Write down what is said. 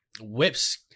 Whips